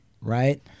right